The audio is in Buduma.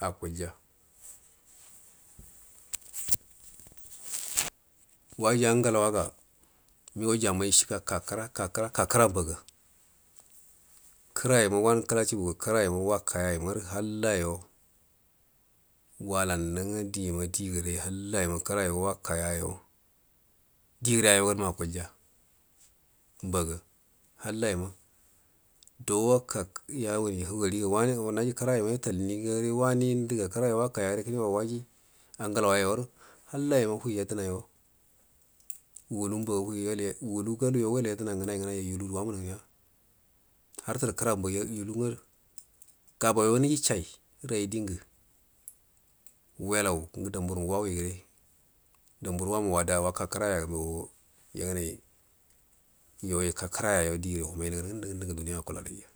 Akulya waji angalawaga migau jammai ishika ka kira ka kəra mbaga kəra yugo wan kala chubuga kəra yago wakaya imarə hallayo walannu nga di ima digəre halla ima kərəre wakayo digəre ayauganma akulya mbaga halla ima do waka yawuni wani naji kəra ima nyatalniga wani ndəga kənengu waji angalawa yoru halla ima wi yadəna yo wulu mbaga wi wulu galuyo walu yedəna ngana ngnayo yulu wanunu hiya har turu kəra mbaga yulu nga gaban yo niji chai ru ai digə wailan ngə danmara wawire damburu wanu wadaga waka kəraya mbaga yagənar yo ika kəraya ya di gəre ngundu yo digəre wamai nugan ngundu ngundu ngu duniya akula laiga